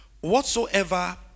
Whatsoever